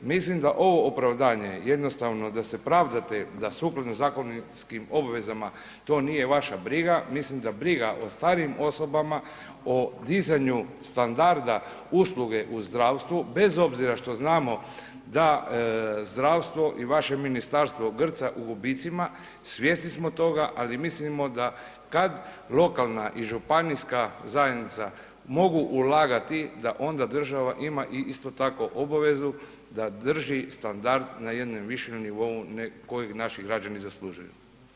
Mislim da ovo opravdanje jednostavno da se pravdate da sukladno zakonski obvezama to nije vaša briga, mislim da briga o starijim osobama, o dizanju standarda usluge u zdravstvu bez obzira što znamo da zdravstvo i vaše ministarstvo grca u gubicima, svjesni smo toga ali mislimo da kad lokalna i županijska zajednica mogu ulagati, da onda država ima isto tako obavezu da drži standard na jednom više nivou kojeg naši građani zaslužuju.